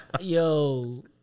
Yo